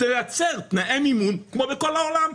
כדי לייצר תנאי מימון כמו בכל העולם,